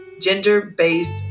gender-based